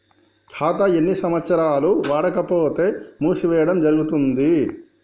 ఖాతా ఎన్ని సంవత్సరాలు వాడకపోతే మూసివేయడం జరుగుతుంది?